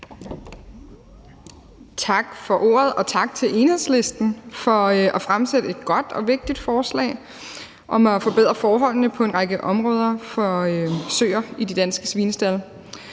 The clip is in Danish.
Tak for ordet, og tak til Enhedslisten for at fremsætte et godt og vigtigt forslag om at forbedre forholdene på en række områder for søer i de danske svinestalde.